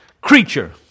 creature